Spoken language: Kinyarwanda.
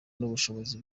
n’ubushobozi